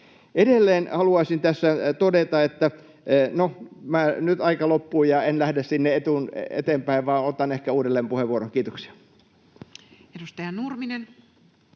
Edelleen haluaisin tässä todeta, että... — No, nyt aika loppuu, ja en lähde sinne eteen, vaan otan ehkä uudelleen puheenvuoron. — Kiitoksia. [Speech